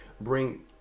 bring